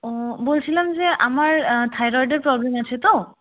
ও বলছিলাম যে আমার থাইরয়েডের প্রবলেম আছে তো